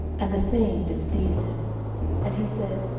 and the saying displeased him and he said,